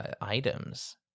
items